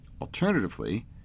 Alternatively